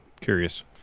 Curious